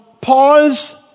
pause